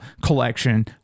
collection